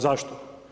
Zašto?